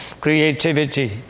creativity